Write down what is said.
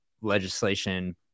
legislation